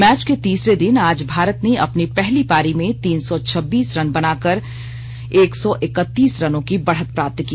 match के तीसरे दिन आज भारत ने अपनी पहली पारी में तीन सौ छब्बीस रन बनाकर एक सौ एकतीस रनों की बढ़त प्राप्त की